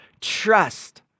Trust